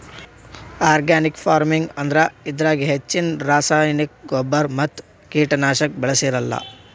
organic farming ಅಂದ್ರ ಇದ್ರಾಗ್ ಹೆಚ್ಚಿನ್ ರಾಸಾಯನಿಕ್ ಗೊಬ್ಬರ್ ಮತ್ತ್ ಕೀಟನಾಶಕ್ ಬಳ್ಸಿರಲ್ಲಾ